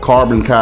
Carbon